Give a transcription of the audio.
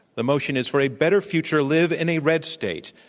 the motion is for a better future, live in a red state.